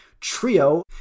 trio